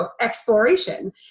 exploration